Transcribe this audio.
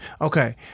Okay